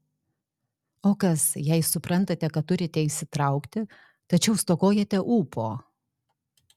o kas jei suprantate kad turite įsitraukti tačiau stokojate ūpo